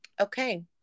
okay